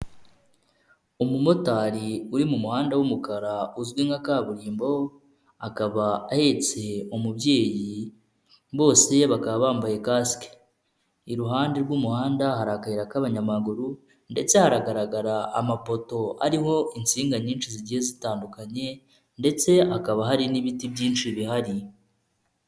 Umumotari uri mu muhanda w'umukara uzwi nka kaburimbo akaba ahetse umubyeyi bose bakaba bambaye kasike, iruhande rw'umuhanda hari akahira k'abanyamaguru ndetse hagaragara amapoto ariho insinga nyinshi zigiye zitandukanye ndetse hakaba hari n'ibiti byinshi bihari.